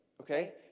okay